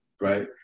right